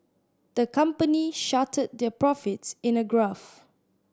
the company their profits in a graph